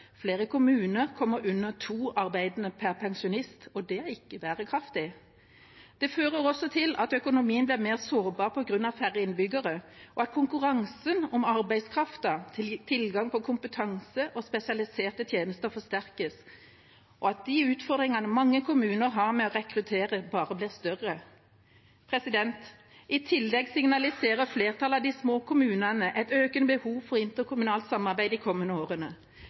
Flere kommuner kommer under to arbeidende per pensjonist, og det er ikke bærekraftig. Det fører også til at økonomien blir mer sårbar på grunn av færre innbyggere, at konkurransen om arbeidskraften, tilgang på kompetanse og spesialiserte tjenester forsterkes, og at de utfordringene mange kommuner har med å rekruttere, bare blir større. I tillegg signaliserer flertallet av de små kommunene et økende behov for interkommunalt samarbeid de kommende årene.